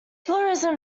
pluralism